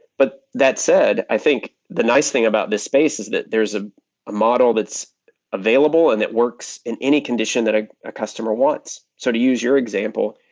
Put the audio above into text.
but that said, i think the nice thing about this space is that there's a model that's available and that works in any condition that ah a customer wants. so to use your example,